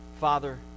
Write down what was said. Father